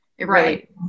Right